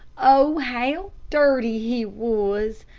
oh, how dirty he was!